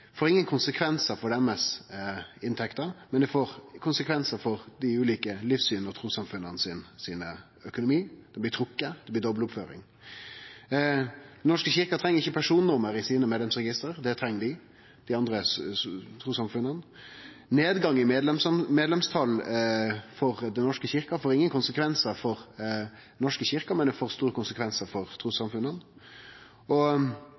får ingen konsekvensar for deira inntekter, men det får konsekvensar for økonomien til dei ulike livssyns- og trussamfunna. Dei blir trekte på grunn av dobbel oppføring. Den norske kyrkja treng ikkje personnummer i sitt medlemsregister – det treng dei andre trussamfunna. Nedgang i medlemstal for Den norske kyrkja får ingen konsekvensar for Den norske kyrkja, men det får store konsekvensar for